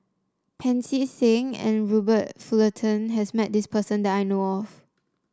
Pancy Seng and Robert Fullerton has met this person that I know of